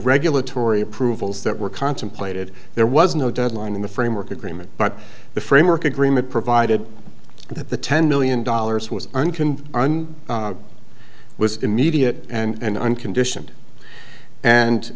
regulatory approvals that were contemplated there was no deadline in the framework agreement but the framework agreement provided that the ten million dollars was on can was immediate and uncondition